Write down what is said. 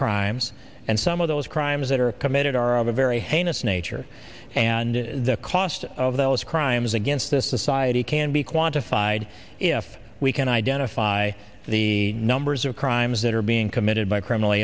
crimes and some of those crimes that are committed are of a very heinous nature and the cost of those crimes against this society can be quantified if we can identify the numbers of crimes that are being committed by criminal